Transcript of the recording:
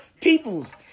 peoples